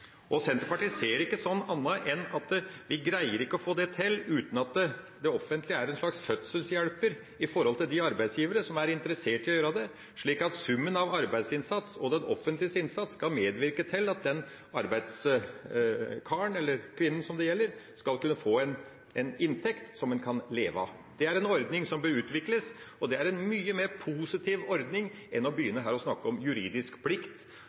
viktig. Senterpartiet ser det ikke som annet enn at vi ikke greier å få det til uten at det offentlige er en slags fødselshjelper overfor de arbeidsgivere som er interessert i å gjøre det, slik at summen av arbeidsinnsats – og det offentliges innsats – skal medvirke til at den arbeidskaren eller -kvinnen som det gjelder, skal kunne få en inntekt som en kan leve av. Det er en ordning som bør utvikles, og det er en mye mer positiv ordning enn å begynne å snakke om juridisk plikt